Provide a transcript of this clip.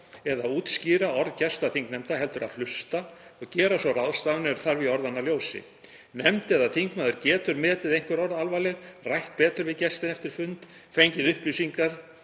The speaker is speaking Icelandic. eða útskýra orð gesta þingnefnda heldur að hlusta og gera svo ráðstafanir ef þarf í orðanna ljósi. Nefnd eða þingmaður getur metið einhver orð alvarleg, rætt betur við gestina eftir fund, fengið upplýsingar